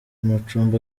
amacumbi